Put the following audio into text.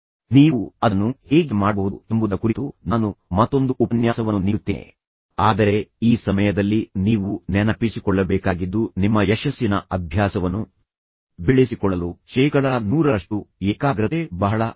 ನೀವು ಅದನ್ನು ಹೇಗೆ ಮಾಡಬಹುದು ಎಂಬುದರ ಕುರಿತು ನಾನು ಮತ್ತೊಂದು ಉಪನ್ಯಾಸವನ್ನು ನೀಡುತ್ತೇನೆ ಆದರೆ ಈ ಸಮಯದಲ್ಲಿ ನೀವು ನೆನಪಿಸಿಕೊಳ್ಳಬೇಕಾಗಿದ್ದು ನಿಮ್ಮ ಯಶಸ್ಸಿನ ಅಭ್ಯಾಸವನ್ನು ಬೆಳೆಸಿಕೊಳ್ಳಲು ಶೇಕಡ ನೂರರಷ್ಟು ಏಕಾಗ್ರತೆ ಬಹಳ ಮುಖ್ಯ